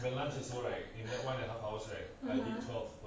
(uh huh)